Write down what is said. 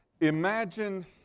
Imagine